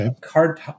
Card